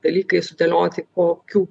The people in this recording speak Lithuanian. dalykai sudėlioti kokių